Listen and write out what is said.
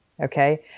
Okay